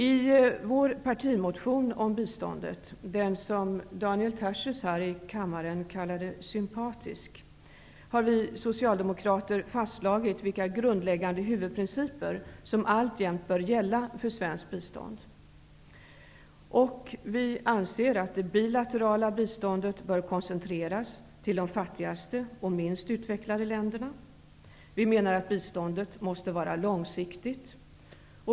I vår partimotion om biståndet -- den som Daniel Tarschys här i kammaren kallade sympatisk -- har vi socialdemokrater fastslagit vilka grundläggande huvudprinciper som alltjämt bör gälla för svenskt bistånd. Biståndet måste vara långsiktigt.